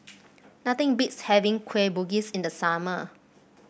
nothing beats having Kueh Bugis in the summer